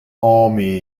army